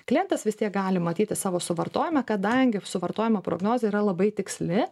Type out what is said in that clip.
klientas vis tiek gali matyti savo suvartojime kadangi suvartojimo prognozė yra labai tiksli